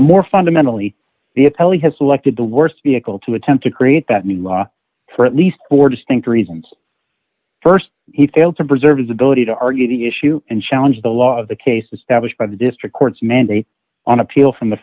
more fundamentally be a tele has selected the worst vehicle to attempt to create that mean law for at least four distinct reasons first he failed to preserve his ability to argue the issue and challenge the law the case to stablish by the district courts mandate on appeal from the